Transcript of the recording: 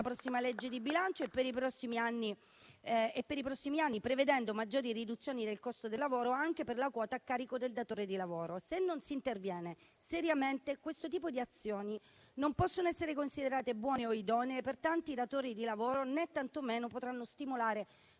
prossima legge di bilancio e per i prossimi anni, prevedendo maggiori riduzioni del costo del lavoro, anche per la quota a carico del datore di lavoro. Se non si interviene seriamente, questo tipo di azioni non può essere considerato buono o idoneo per tanti datori di lavoro, né tantomeno potrà stimolare